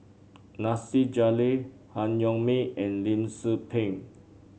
Nasir Jalil Han Yong May and Lim Tze Peng